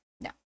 no